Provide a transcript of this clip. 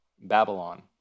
Babylon